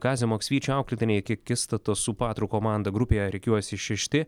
kazio maksvyčio auklėtiniai iki akistatos su patru komanda grupėje rikiuojasi šešti